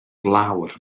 lawr